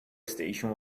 station